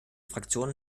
fraktionen